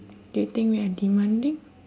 do you think we are demanding